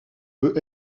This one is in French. peut